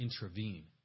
intervene